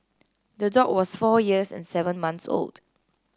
the dog was four years and seven months old